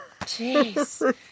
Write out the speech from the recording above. Jeez